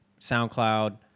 SoundCloud